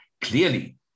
clearly